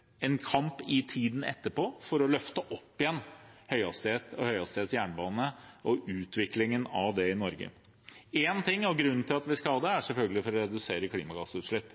i Norge. Én ting – og grunnen til at vi skal ha det – er selvfølgelig å redusere klimagassutslipp,